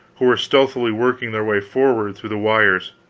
who were stealthily working their way forward through the wires.